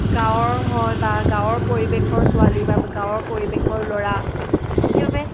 গাঁৱৰ হয় বা গাঁৱৰ পৰিৱেশৰ ছোৱালী বা গাঁৱৰ পৰিৱেশৰ ল'ৰা সেইবাবে